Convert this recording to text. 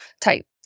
type